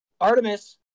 Artemis